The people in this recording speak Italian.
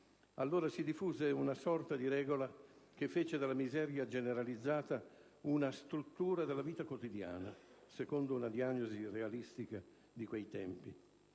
Allora si diffuse una sorta di regola che fece della miseria generalizzata una struttura della vita quotidiana, secondo una diagnosi realistica di quei tempi.